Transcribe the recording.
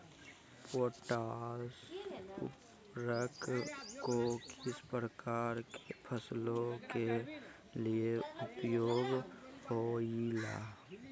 Potash उर्वरक को किस प्रकार के फसलों के लिए उपयोग होईला?